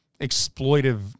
exploitive